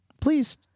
please